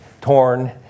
torn